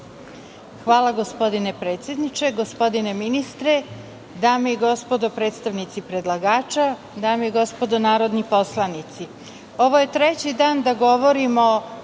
Hvala gospodine predsedniče, gospodine ministre, dame i gospodo predstavnici predlagača, dame i gospodo narodni poslanici, ovo je treći dan da govorimo o